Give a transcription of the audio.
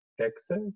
Texas